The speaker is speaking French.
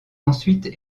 ensuite